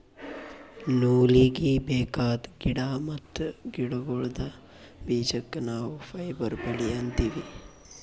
ನೂಲೀಗಿ ಬೇಕಾದ್ ಗಿಡಾ ಮತ್ತ್ ಗಿಡಗೋಳ್ದ ಬೀಜಕ್ಕ ನಾವ್ ಫೈಬರ್ ಬೆಳಿ ಅಂತೀವಿ